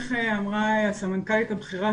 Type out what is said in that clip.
איך אמרה הסמנכ"לית הבכירה?